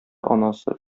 анасы